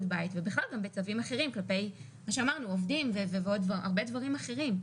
בית ובכלל גם בצווים אחרים כלפי עובדים ועוד הרבה דברים אחרים.